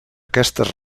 aquestes